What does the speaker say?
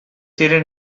ziren